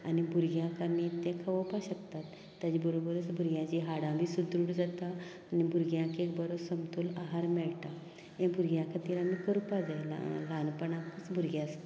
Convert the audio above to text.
आनी भुरग्यांक आनी तें खावोवपाक शकता ताचे बरोबरच भुरग्यांची हाडा बीन सुद्रुड जाता आनी भुरग्यांक एक बरो समतोल आहार मेळटा भुरग्यां खातीर आमी करपाक जाय ल्हानपणापसून भुरगें आसतना